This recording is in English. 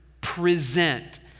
present